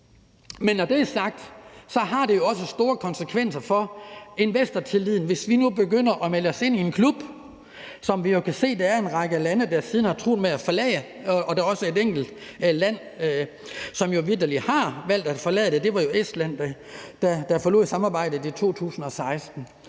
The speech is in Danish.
Men når det er sagt, har det også store konsekvenser for investortilliden, hvis vi nu begynder at melde os ind i en klub, som vi jo kan se der er en række lande der siden har truet med at forlade, og når der også er et enkelt land, som vitterlig har valgt at forlade det. Det var jo Estland, der forlod samarbejdet i 2016.